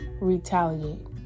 retaliate